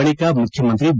ಬಳಿಕ ಮುಖ್ಯಮಂತ್ರಿ ಬಿ